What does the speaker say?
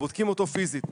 הם בודקים אותו פיזית.